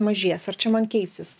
mažės ar čia man keisis